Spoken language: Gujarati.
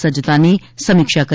સજ્જતાની સમીક્ષા કરી